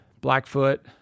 Blackfoot